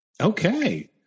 Okay